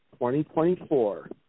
2024